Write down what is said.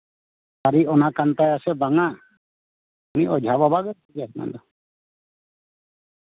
ᱥᱟᱹᱨᱤ ᱚᱱᱟ ᱠᱟᱱ ᱛᱟᱭᱟ ᱥᱮ ᱵᱟᱝᱟ ᱩᱱᱤ ᱚᱡᱷᱟ ᱵᱟᱵᱟᱜᱮ ᱵᱩᱡᱟᱭ ᱚᱱᱟ ᱫᱚ